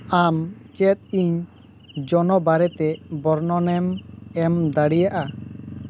ᱟᱢ ᱪᱮᱫ ᱤᱧ ᱡᱚᱱᱚ ᱵᱟᱨᱮᱛᱮ ᱵᱚᱨᱱᱚᱱᱮᱢ ᱮᱢ ᱫᱟᱲᱰᱮᱭᱟᱜᱼᱟ